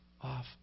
off